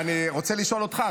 אני רוצה לשאול אותך,